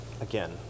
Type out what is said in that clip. Again